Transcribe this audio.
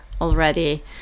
already